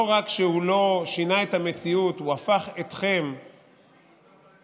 לא רק שלא שינה את המציאות, הוא הפך אתכם לרחוקים,